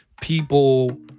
people